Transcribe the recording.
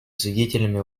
свидетелями